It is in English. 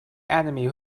enemy